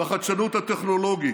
בחדשנות הטכנולוגית,